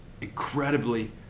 incredibly